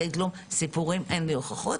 אין לי הוכחות.